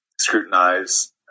scrutinize